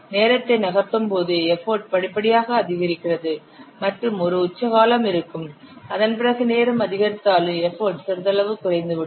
நேரத்தை நகர்த்தும்போது எஃபர்ட் படிப்படியாக அதிகரிக்கிறது மற்றும் ஒரு உச்ச காலம் இருக்கும் அதன் பிறகு நேரம் அதிகரித்தாலும் எஃபர்ட் சிறிதளவு குறைந்துவிடும்